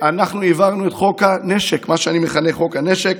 אנחנו העברנו את חוק הנשק, מה שאני מכנה חוק הנשק.